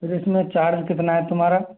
फिर इस में चार्ज कितना है तुम्हारा